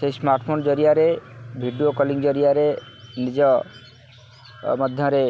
ସେଇ ସ୍ମାର୍ଟଫୋନ୍ ଜରିଆରେ video calling ଜରିଆରେ ନିଜ ମଧ୍ୟରେ